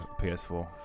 PS4